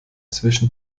zwischen